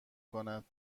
کند